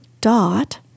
dot